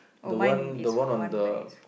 the one the one on the